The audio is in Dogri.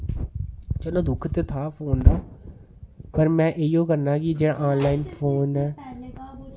चलो दुक्ख ते हा फोन दा ते में इयै करना की जेह्ड़ा ऑनलाइन फोन